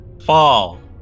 fall